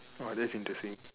!wah! that's interesting